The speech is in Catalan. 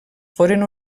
foren